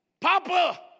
Papa